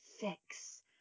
Fix